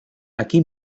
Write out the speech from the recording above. aquí